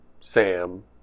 Sam